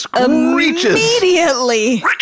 immediately